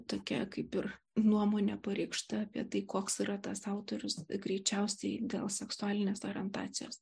tokia kaip ir nuomonė pareikšta apie tai koks yra tas autorius greičiausiai dėl seksualinės orientacijos